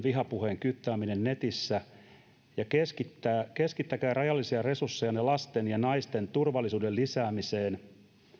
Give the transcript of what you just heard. vihapuheen kyttääminen netissä ja keskittäkää keskittäkää rajallisia resurssejanne lasten ja naisten turvallisuuden lisäämiseen